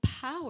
power